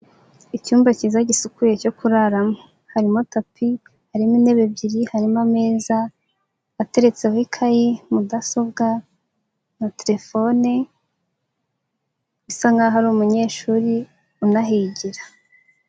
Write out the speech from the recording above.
Icyumba cyiza gisukuye cyo kuraramo, harimo tapi, harimo intebe ebyiri, harimo ameza ateretseho ikayi, mudasobwa na telefone bisa nkaho ari umunyeshuri unahigira.